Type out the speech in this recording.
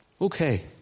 Okay